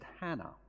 Hannah